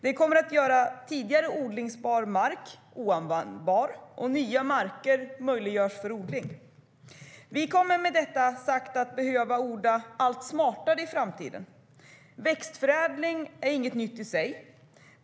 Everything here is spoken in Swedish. Det kommer att göra tidigare odlingsbar mark oanvändbar och nya marker möjliga för odling. Vi kommer med detta sagt att behöva odla allt smartare i framtiden. Växtförädling är inget nytt i sig.